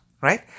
right